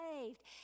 saved